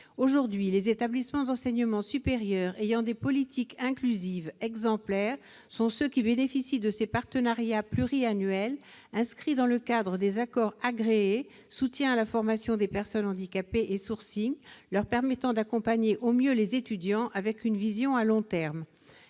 Aujourd'hui, les établissements d'enseignement supérieur ayant des politiques inclusives exemplaires sont ceux qui bénéficient de ces partenariats pluriannuels inscrits dans le cadre des accords agréés- il s'agit du soutien à la formation des personnes handicapées et du -qui leur permettent d'accompagner au mieux les étudiants, avec une vision à long terme.